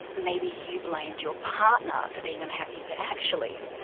maybe you blamed your partner for being unhappy but actually,